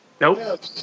Nope